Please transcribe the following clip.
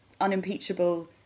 unimpeachable